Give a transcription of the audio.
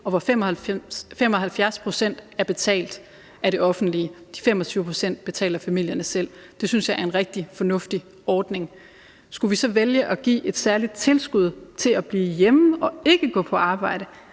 hvor 75 pct. er betalt af det offentlige; de 25 pct. betaler familierne selv. Det synes jeg er en rigtig fornuftig ordning. Skulle vi så vælge at give et særligt tilskud til at blive hjemme og ikke gå på arbejde?